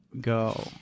go